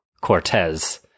Cortez